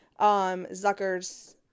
Zuckers